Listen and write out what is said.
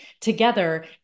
together